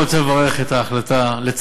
אני קודם כול רוצה לברך על ההחלטה לצרף,